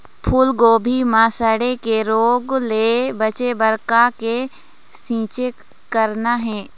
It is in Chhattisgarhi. फूलगोभी म सड़े के रोग ले बचे बर का के छींचे करना ये?